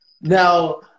Now